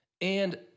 And-